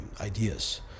ideas